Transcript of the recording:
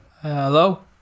Hello